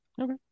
Okay